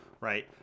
right